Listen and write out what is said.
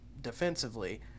defensively